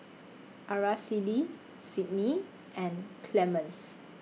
Aracely Cydney and Clemens